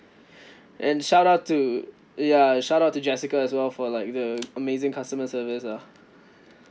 and shout out to ya shout out to jessica as well for like the amazing customer service lah